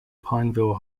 pineville